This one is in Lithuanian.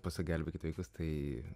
pasak gelbėkit vaikus tai